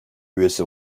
üyesi